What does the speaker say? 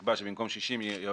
נקבע שבמקום 60 יום,